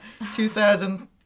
2000